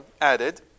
added